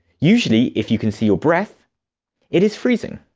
usually if you can see your breath it is freezing.